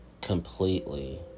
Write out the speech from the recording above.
completely